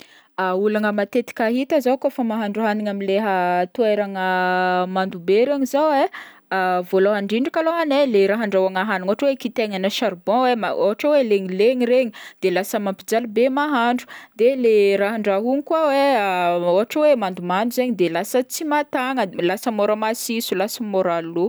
Olagna matetika hita zao kaofa mahandro hagnina amleha toerana mando be regny zao, vôlohany ndrindra kalôhany e, le raha andrahoana hagniny ôhatra hoe kitaigny na charbon e ma- ôhatra hoe legnilegny regny de lasa mampijaly be mahandro, de le raha andrahoagna koa ôhatra koa hoe mandomando zegny de lasa tsy mahatagna, lasa môra masiso lasa môra lo.